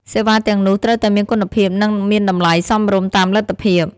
សេវាទាំងនោះត្រូវតែមានគុណភាពនិងមានតម្លៃសមរម្យតាមលទ្ធភាព។